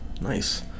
Nice